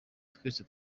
twese